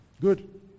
Good